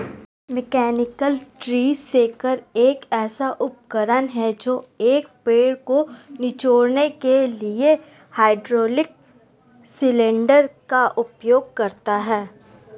mechanical tree shaker एक ऐसा उपकरण है जो एक पेड़ को निचोड़ने के लिए हाइड्रोलिक सिलेंडर का उपयोग करता है